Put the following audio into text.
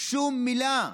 שום מילה.